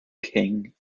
king